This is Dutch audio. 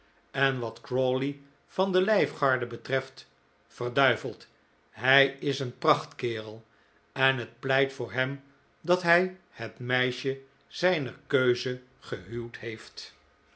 en wat crawley van de lijfgarde betreft verduiveld hij is een prachtkerel en het pleit voor hem dat hij het meisje zijner keuze gehuwd heeft